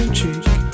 cheek